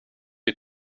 you